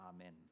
Amen